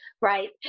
Right